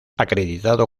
acreditado